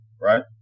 right